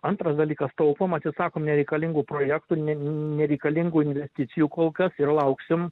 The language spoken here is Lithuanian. antras dalykas taupom atsisakom nereikalingų projektų ne nereikalingų investicijų kol kas ir lauksim